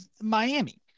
Miami